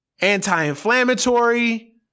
anti-inflammatory